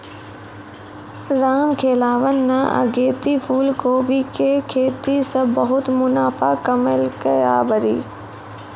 रामखेलावन न अगेती फूलकोबी के खेती सॅ बहुत मुनाफा कमैलकै आभरी